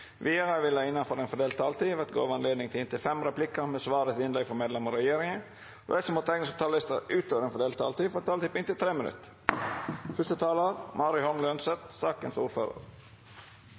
Vidare vil det – innanfor den fordelte taletida – verta gjeve høve til inntil seks replikkar med svar etter innlegg frå medlemer av regjeringa, og dei som måtte teikna seg på talarlista utover den fordelte taletida, får òg ei taletid på inntil 3 minutt.